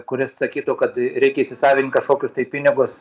kuris sakytų kad reikia įsisavint kašokius tai pinigus